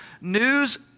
news